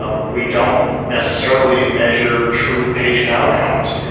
ah we don't necessarily measure true patient outcomes.